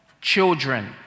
Children